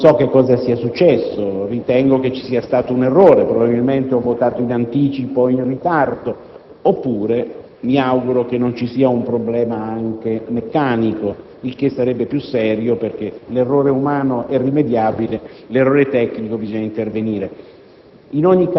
non so cosa sia successo. Ritengo vi sia stato un errore, probabilmente ho votato in anticipo o in ritardo. Mi auguro tuttavia che non vi sia un problema anche tecnico, il che sarebbe più serio; infatti, l'errore umano è rimediabile, mentre sull'errore tecnico bisogna intervenire.